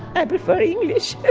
i prefer english.